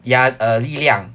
ya uh 力量